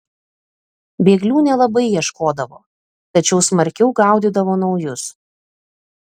bėglių nelabai ieškodavo tačiau smarkiau gaudydavo naujus